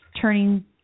turning